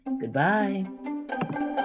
Goodbye